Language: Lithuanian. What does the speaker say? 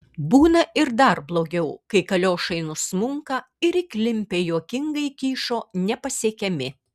būna ir dar blogiau kai kaliošai nusmunka ir įklimpę juokingai kyšo nepasiekiami